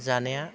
जानाया